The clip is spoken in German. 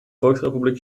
volksrepublik